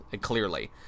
clearly